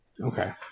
Okay